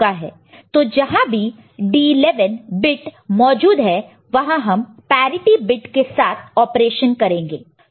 तो जहां भी D11 बिट मौजूद है वहां हम पैरिटि बिट के साथ ऑपरेशन करेंगे